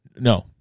no